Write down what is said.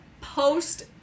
post